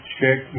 check